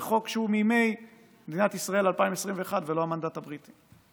שהוא מימי מדינת ישראל 2021 ולא המנדט הבריטי.